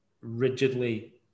rigidly